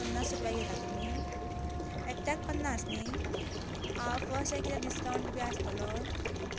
पन्नास रुपया घेता तुमी एकट्याक पन्नास न्ही हाफ अशें कितें डिस्कउंन्ट बी आसतलो